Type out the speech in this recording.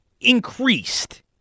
increased